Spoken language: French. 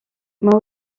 moi